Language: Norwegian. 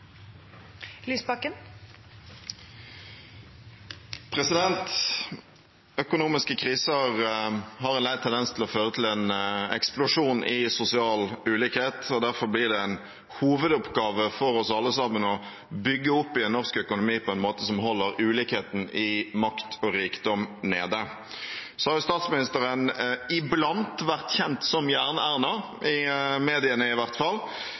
Økonomiske kriser har en lei tendens til å føre til en eksplosjon i sosial ulikhet. Derfor blir det en hovedoppgave for oss alle sammen å bygge opp igjen norsk økonomi på en måte som holder ulikheten i makt og rikdom nede. Så har statsministeren iblant vært kjent som Jern-Erna – i mediene i hvert fall.